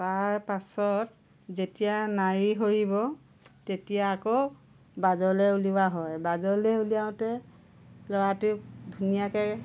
তাৰ পাছত যেতিয়া নাড়ী সৰিব তেতিয়া আকৌ বাজলৈ উলিওৱা হয় বাজলৈ উলিওৱাতে ল'ৰাটিৰ ধুনীয়াকৈ